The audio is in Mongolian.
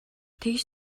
тэгж